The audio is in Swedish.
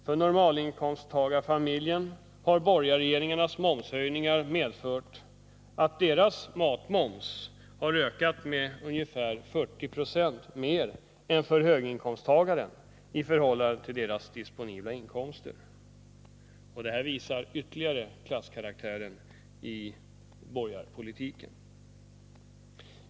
För normalinkomsttagarfamiljen har borgarregeringarnas momshöjningar medfört att familjens matmoms har ökat med ungefär 40 26 mer än för höginkomsttagaren i förhållande till deras disponibla inkomster. Detta visar ytterligare klasskaraktären i borgarpolitiken.